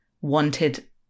wanted